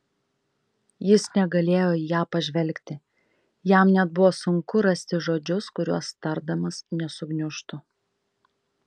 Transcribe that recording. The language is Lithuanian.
jis negalėjo į ją pažvelgti jam net buvo sunku rasti žodžius kuriuos tardamas nesugniužtų